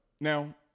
now